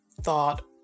Thought